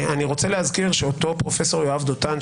אני רוצה להזכיר שאותו פרופ' יואב דותן,